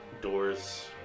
Doors